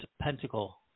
Pentacle